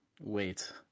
wait